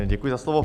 Děkuji za slovo.